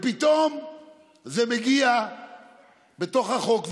ופתאום זה מגיע בתוך החוק.